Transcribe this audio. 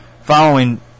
following